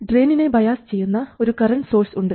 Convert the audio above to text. ഡ്രയിനിനെ bias ചെയ്യുന്ന ഒരു current source ഉണ്ട്